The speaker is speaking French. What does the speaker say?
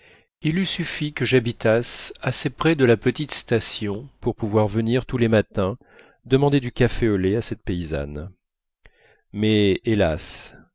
il eût suffi que j'habitasse assez près de la petite station pour pouvoir venir tous les matins demander du café au lait à cette paysanne mais hélas